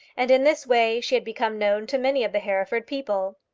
and in this way she had become known to many of the hereford people.